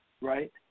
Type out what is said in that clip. right